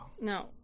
no